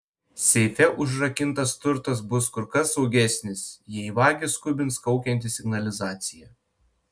seife užrakintas turtas bus kur kas saugesnis jei vagį skubins kaukianti signalizacija